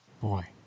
Boy